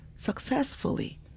successfully